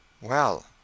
Well